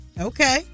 Okay